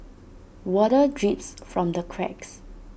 water drips from the cracks